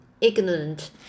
ignorant